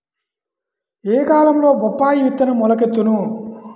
ఏ కాలంలో బొప్పాయి విత్తనం మొలకెత్తును?